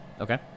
Okay